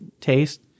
taste